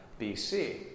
BC